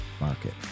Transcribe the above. market